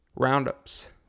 Roundups